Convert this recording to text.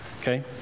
okay